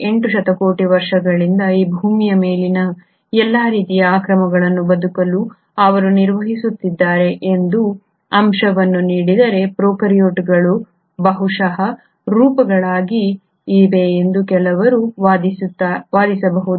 8 ಶತಕೋಟಿ ವರ್ಷಗಳಿಂದ ಈ ಭೂಮಿಯ ಮೇಲಿನ ಎಲ್ಲಾ ರೀತಿಯ ಆಕ್ರಮಣಗಳನ್ನು ಬದುಕಲು ಅವರು ನಿರ್ವಹಿಸುತ್ತಿದ್ದಾರೆ ಎಂಬ ಅಂಶವನ್ನು ನೀಡಿದರೆ ಪ್ರೊಕಾರ್ಯೋಟ್ಗಳು ಬಹುಶಃ ಉನ್ನತ ರೂಪಗಳಾಗಿವೆ ಎಂದು ಕೆಲವರು ವಾದಿಸಬಹುದು